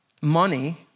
money